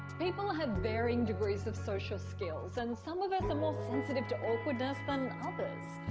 people have varying degrees of social skills and some of us are more sensitive to awkwardness than others.